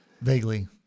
Vaguely